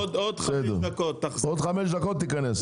עוד חמש דקות תיכנס.